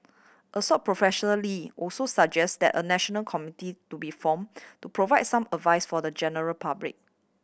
Assoc Professor Lee also suggest that a national committee to be formed to provide some advice for the general public